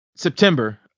September